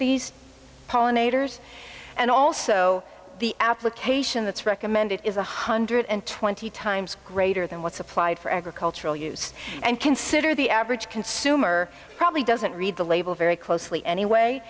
pollinators and also the application that's recommended is one hundred twenty times greater than what's applied for agricultural use and consider the average consumer probably doesn't read the label very closely anyway